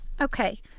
Okay